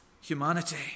humanity